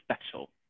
special